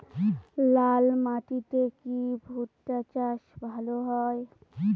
লাল মাটিতে কি ভুট্টা চাষ ভালো হয়?